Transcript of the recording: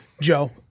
Joe